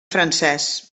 francès